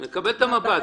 הוא מקבל מב"דים?